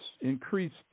increased